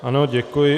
Ano, děkuji.